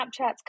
snapchats